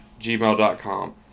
gmail.com